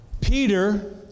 Peter